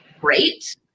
great